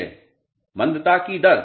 छात्र मंदता की दर